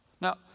Now